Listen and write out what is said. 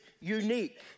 unique